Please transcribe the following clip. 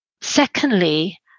Secondly